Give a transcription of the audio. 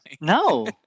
No